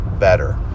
better